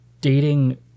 Dating